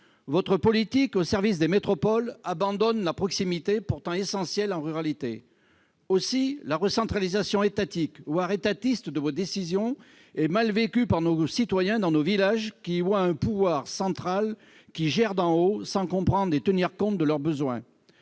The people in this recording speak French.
votre politique, au service de métropoles, abandonne la proximité, pourtant essentielle en ruralité. Aussi la recentralisation étatique, voire étatiste, de vos décisions est-elle mal vécue par nos citoyens, dans nos villages. Ils y voient un pouvoir central qui gère d'en haut sans comprendre leurs besoins